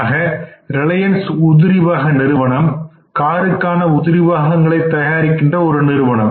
ஆக ரிலையன்ஸ் உதிரிபாக நிறுவனம் காருக்கான உதிரிபாகங்களை தயாரிக்கின்ற ஒரு நிறுவனம்